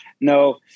no